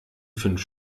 fünf